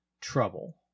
trouble